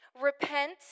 repent